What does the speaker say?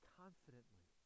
confidently